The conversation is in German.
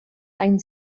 ein